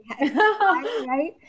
right